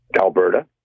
Alberta